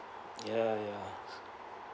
ya ya